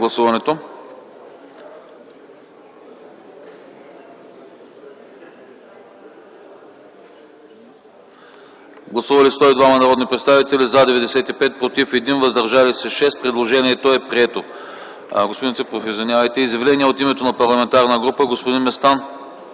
Гласували 102 народни представители: за 95, против 1, въздържали се 6. Предложението е прието. Изявление от името на Парламентарна група.